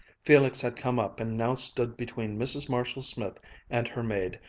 felix had come up and now stood between mrs. marshall-smith and her maid,